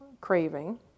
craving